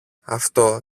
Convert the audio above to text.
αυτό